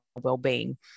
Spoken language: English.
well-being